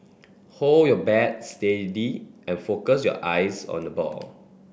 hold your bat steady and focus your eyes on the ball